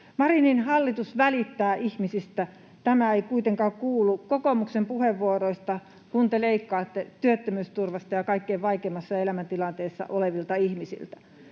Marinin hallitus välittää ihmisistä. Tämä ei kuitenkaan kuulu kokoomuksen puheenvuoroista, kun te leikkaatte työttömyysturvasta ja kaikkein vaikeimmassa elämäntilanteessa olevilta ihmisiltä.